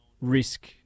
risk